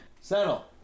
settle